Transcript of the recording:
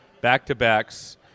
Back-to-backs